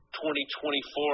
2024